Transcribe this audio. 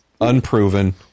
unproven